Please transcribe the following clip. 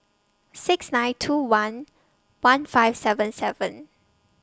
six nine two one one five seven seven